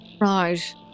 Right